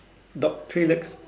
dog three legs